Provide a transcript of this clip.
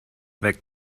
weg